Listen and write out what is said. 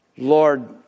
Lord